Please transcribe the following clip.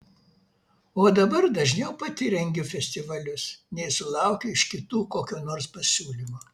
o dabar dažniau pati rengiu festivalius nei sulaukiu iš kitų kokio nors pasiūlymo